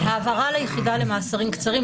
הרחבה ליחידה למאסרים קצרים,